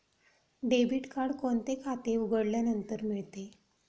Debit card कोणते खाते उघडल्यानंतर मिळते?